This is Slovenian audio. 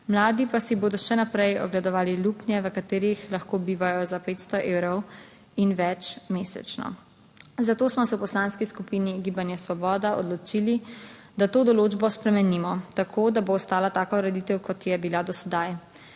Mladi pa si bodo še naprej ogledovali luknje, v katerih lahko bivajo za 500 evrov in več mesečno. Zato smo se v Poslanski skupini Gibanja Svoboda odločili, da to določbo spremenimo tako, da bo ostala taka ureditev, kot je bila do sedaj.